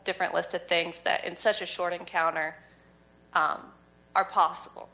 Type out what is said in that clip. different list of things that in such a short encounter are possible